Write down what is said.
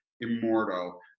immortal